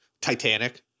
Titanic